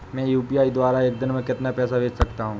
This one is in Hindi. मैं यू.पी.आई द्वारा एक दिन में कितना पैसा भेज सकता हूँ?